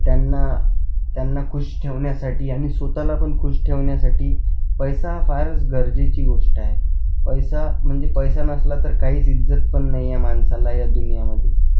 त्यांना त्यांना खुश ठेवण्यासाठी आणि स्वतःला पण खुश ठेवण्यासाठी पैसा हा फारच गरजेची गोष्ट आहे पैसा म्हणजे पैसा नसला तर काहीच इज्जत पण नाहीये माणसाला या दुनियामध्ये